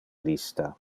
lista